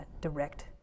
direct